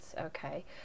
okay